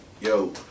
yo